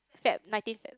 Feb nineteen Feb